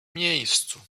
miejscu